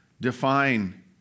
define